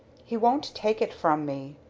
he won't take it from me.